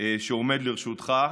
שעומד לרשותך.